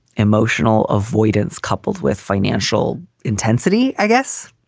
emotional avoidance coupled with financial intensity, i guess,